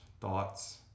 thoughts